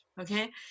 okay